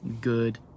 good